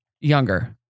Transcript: younger